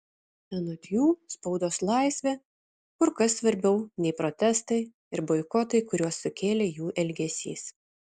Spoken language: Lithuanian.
anot jų spaudos laisvė kur kas svarbiau nei protestai ir boikotai kuriuos sukėlė jų elgesys